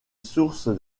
source